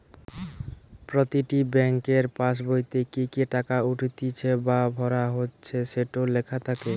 প্রতিটি বেংকের পাসবোইতে কি কি টাকা উঠতিছে বা ভরা হচ্ছে সেটো লেখা থাকে